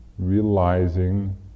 realizing